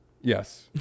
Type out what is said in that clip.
Yes